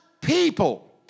people